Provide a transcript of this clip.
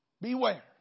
Beware